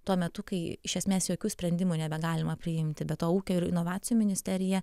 tuo metu kai iš esmės jokių sprendimų nebegalima priimti be to ūkio ir inovacijų ministerija